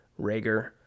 Rager